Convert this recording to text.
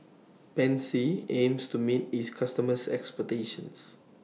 Pansy aims to meet its customers' expectations